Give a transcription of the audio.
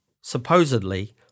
Supposedly